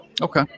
okay